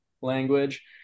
language